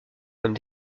comme